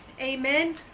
amen